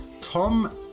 Tom